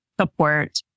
support